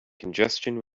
congestion